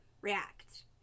react